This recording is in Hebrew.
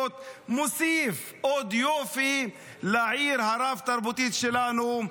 מוסיף עוד יופי לעיר הרב-תרבותית שלנו.